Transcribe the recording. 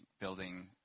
building